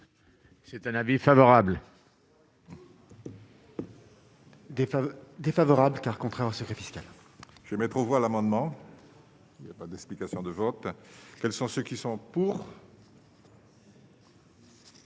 C'est un avis favorable. Des femmes défavorable car contrairement secret fiscal. Je vais mettre aux voix l'amendement, il n'y a pas d'explication de vote, quels sont ceux qui sont pour.